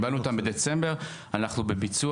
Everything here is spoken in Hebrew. קיבלנו אותם בדצמבר, ועכשיו אנחנו בביצוע.